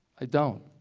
i don't.